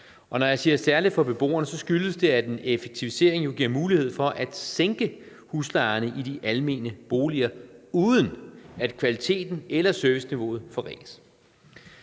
Og når jeg siger »først og fremmest for beboerne«, skyldes det, at en effektivisering jo giver mulighed for at sænke huslejerne i de almene boliger, uden at kvaliteten eller serviceniveauet forringes.